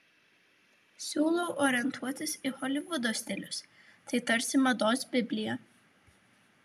siūlau orientuotis į holivudo stilius tai tarsi mados biblija